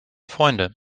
freunde